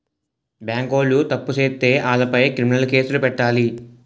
బేంకోలు తప్పు సేత్తే ఆలపై క్రిమినలు కేసులు పెట్టాలి